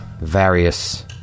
various